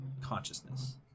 consciousness